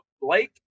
Blake